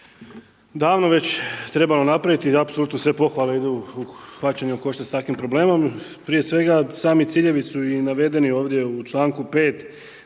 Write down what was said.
davno već trebalo napraviti i apsolutno sve pohvale idu u hvaćanje u koštac s takvim problemom, prije svega sami ciljevi su i navedeni ovdje u članku 5.,